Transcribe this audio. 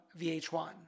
VH1